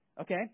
Okay